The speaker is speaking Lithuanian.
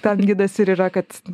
tam gidas ir yra kad